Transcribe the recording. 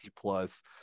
plus